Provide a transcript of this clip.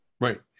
Right